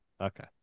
Okay